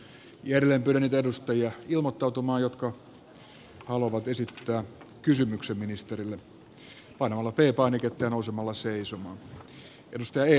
edelleen pyydän niitä edustajia jotka haluavat esittää kysymyksen ministerille ilmoittautumaan painamalla p painiketta ja nousemalla seisomaan